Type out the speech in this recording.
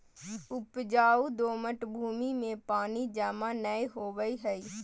उपजाऊ दोमट भूमि में पानी जमा नै होवई हई